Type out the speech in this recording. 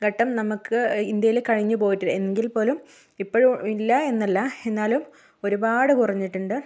ഘട്ടം നമുക്ക് ഇന്ത്യയിൽ കഴിഞ്ഞു പോയിട്ടില്ല എങ്കിൽ പോലും ഇപ്പഴും ഇല്ല എന്നല്ല എന്നാലും ഒരുപാട് കുറഞ്ഞിട്ടുണ്ട്